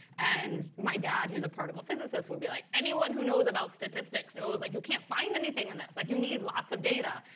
and my dad, who is a particle physicist, would be like, anyone who knows about statistics knows like you can't find anything in this. like you need lots of data.